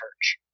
church